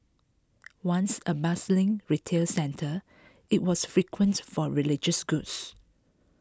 once a bustling retail centre it was frequented for religious goods